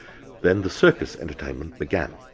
then the circus entertainment began.